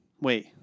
Wait